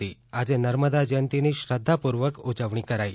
ે આજે નર્મદા જયંતિની શ્રદ્ધાપૂર્વક ઉજવણી કરાઇ